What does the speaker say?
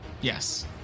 Yes